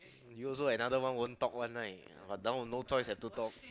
you also like another won't talk one right but now no choice have to talk